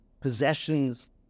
possessions